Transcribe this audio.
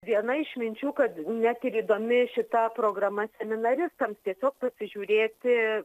viena iš minčių kad net ir įdomi šita programa seminaristams tiesiog pasižiūrėti